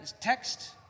text